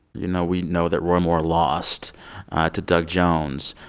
you know, we know that roy moore lost to doug jones,